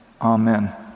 amen